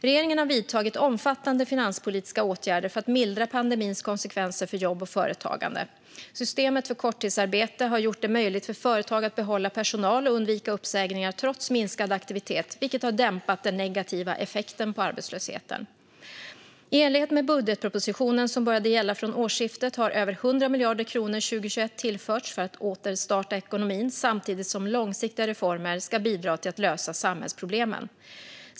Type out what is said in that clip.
Regeringen har vidtagit omfattande finanspolitiska åtgärder för att mildra pandemins konsekvenser för jobb och företagande. Systemet för korttidsarbete har gjort det möjligt för företag att behålla personal och undvika uppsägningar trots minskad aktivitet, vilket har dämpat den negativa effekten på arbetslösheten. I enlighet med budgetpropositionen som började gälla från årsskiftet har över 100 miljarder kronor 2021 tillförts för att återstarta ekonomin, samtidigt som långsiktiga reformer ska bidra till att lösa samhällsproblemen.